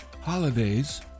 holidays